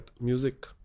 music